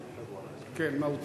נורא, כן, מהותית.